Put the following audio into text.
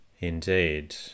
Indeed